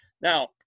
now